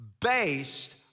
based